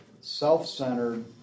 self-centered